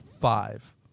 five